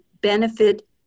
benefit